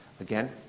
Again